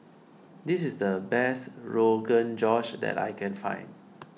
this is the best Rogan Josh that I can find